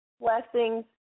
blessings